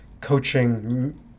coaching